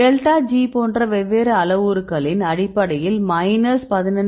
delta G போன்ற வெவ்வேறு அளவுருக்களின் அடிப்படையில் மைனஸ் 12